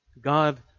God